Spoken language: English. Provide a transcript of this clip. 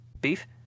Beef